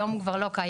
היום הוא כבר לא קיים,